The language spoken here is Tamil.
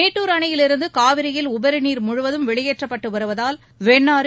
மேட்டுர் அணையிலிருந்து காவிரியில் உபரி நீர் முழுவதும் வெளியேற்றப்பட்டு வருவதால் வெண்ணாறு